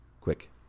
quick